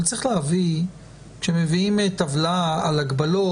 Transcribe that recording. אבל צריך להבין שכאשר מביאים טבלה על הגבלות,